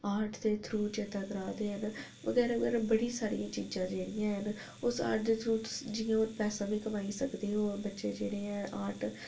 art दे through चेता करा दे हैन बगैरा बगैरा बड़ियां सारियां चीजां जेह्ड़ियां हैन उस आर्ट दे थ्रू जि'यां हून पैसा बी कमाई सकदे ओ बच्चे जेह्ड़े हैन आर्ट